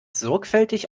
sorgfältig